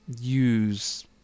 use